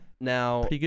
Now